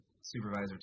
supervisor